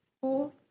four